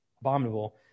abominable